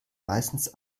meistens